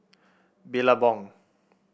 billabong